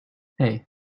hey